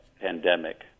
pandemic